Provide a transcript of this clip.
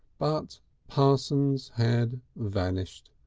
but parsons had vanished.